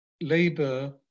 labor